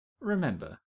Remember